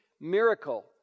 miracle